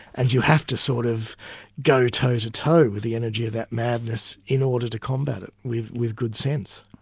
and you have to sort of go toe-to-toe with the energy of that madness in order to combat it with with good sense.